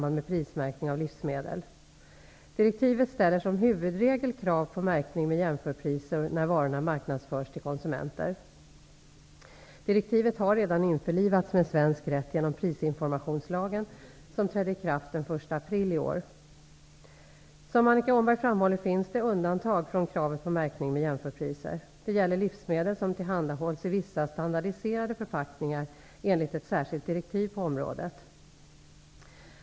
Direktivet har redan införlivats med svensk rätt genom prisinformationslagen , som trädde i kraft den 1 april i år. Som Annika Åhnberg framhåller finns det undantag från kravet på märkning med jämförpriser. Det gäller livsmedel som tillhandahålls i vissa standardiserade förpackningar enligt ett särskilt direktiv på området.